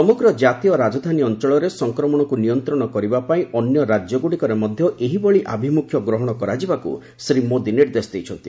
ସମଗ୍ର ଜାତୀୟ ରାଜଧାନୀ ଅଞ୍ଚଳରେ ସଂକ୍ରମଣକୁ ନିୟନ୍ତ୍ରଣ କରିବା ପାଇଁ ଅନ୍ୟ ରାଜ୍ୟଗୁଡ଼ିକରେ ମଧ୍ୟ ଏହିଭଳି ଆଭିମୁଖ୍ୟ ଗ୍ରହଣ କରାଯିବାକୁ ଶ୍ରୀ ମୋଦୀ ନିର୍ଦ୍ଦେଶ ଦେଇଛନ୍ତି